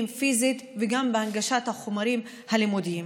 פיזית וגם בהנגשת החומרים הלימודיים.